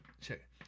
check